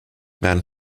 werden